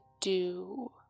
do